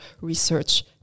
research